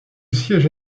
siège